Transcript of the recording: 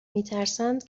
میترسند